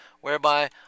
whereby